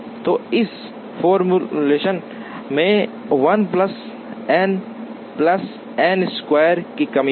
तो यह इस फॉर्मूलेशन में 1 plus n plus n square की कमी होगी